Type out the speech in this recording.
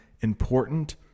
important